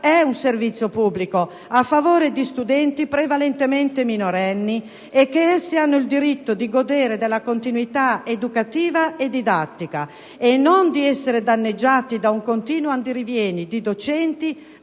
è un servizio pubblico a favore di studenti, prevalentemente minorenni, e che essi hanno il diritto di godere della continuità educativa e didattica e di non essere danneggiati da un continuo andirivieni di docenti,